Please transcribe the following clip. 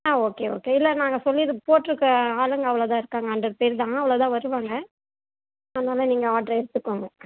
ஆ okay okay இல்லை நாங்கள் சொல்லிரு போட்டிருக்க ஆளுங்க அவ்வளோ தான் இருக்காங்க ஹண்ட்ரட் பேர் தான் அவ்வளோ தான் வருவாங்க அதனால் நீங்கள் ஆர்டர எடுத்துக்கோங்க